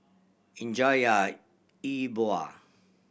enjoy your E Bua